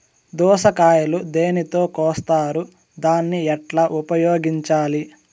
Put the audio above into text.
దోస కాయలు దేనితో కోస్తారు దాన్ని ఎట్లా ఉపయోగించాలి?